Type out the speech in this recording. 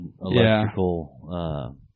electrical